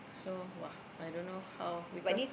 because so !wah! I don't know how because